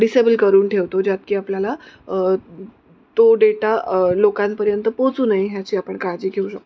disable करून ठेवतो ज्यात की आपल्याला तो डेटा लोकांपर्यंत पोचू नये ह्याची आपण काळजी घेऊ शकतो